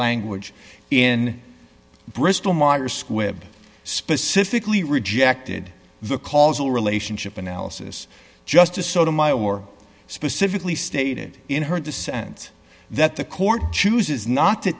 language in bristol myers squibb specifically rejected the causal relationship analysis justice sotomayor specifically stated in her the sense that the court chooses not to